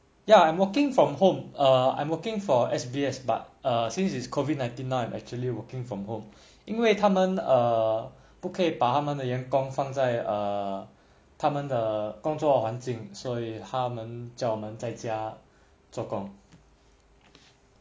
ya I'm working from home err I'm working for S_B_S but err since it's COVID nineteen now I'm actually working from home 因为他们 err 不可以把他们的眼光放在 err 他们的工作环境所以他们叫我们在家做工